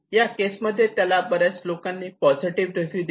या केसमध्ये त्याला बऱ्याच लोकांनी पॉझिटिव्ह रिव्यू दिले